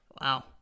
Wow